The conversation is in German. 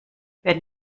werden